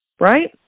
Right